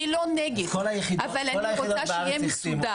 אני לא נגד, אבל אני רוצה שזה יהיה מסודר.